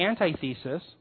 antithesis